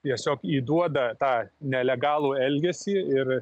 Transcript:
tiesiog įduoda tą nelegalų elgesį ir